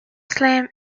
slim